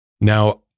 Now